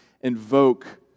invoke